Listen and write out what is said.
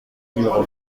numéro